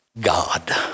God